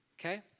Okay